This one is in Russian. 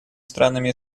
странами